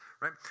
right